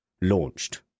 launched